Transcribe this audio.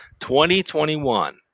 2021